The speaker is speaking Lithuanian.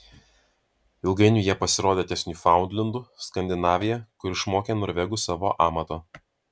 ilgainiui jie pasirodė ties niufaundlendu skandinavija kur išmokė norvegus savo amato